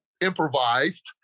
improvised